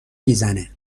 میزنه